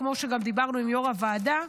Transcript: כמו שגם דיברנו עם יושב-ראש הוועדה,